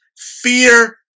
fear